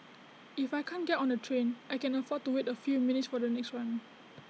if I can't get on the train I can afford to wait A few minutes for the next one